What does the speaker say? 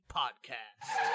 podcast